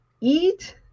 eat